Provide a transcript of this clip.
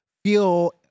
Feel